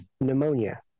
pneumonia